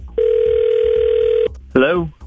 Hello